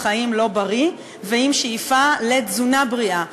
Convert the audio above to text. חיים לא בריא ועם שאיפה לתזונה בריאה.